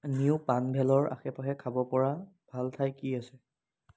new পানভেলৰ আশে পাশে খাব পৰা ভাল ঠাই কি আছে